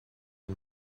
and